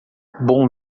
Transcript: bom